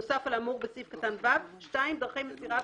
נוסף על האמור בסעיף קטן (ו); (2)דרכי מסירה